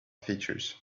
features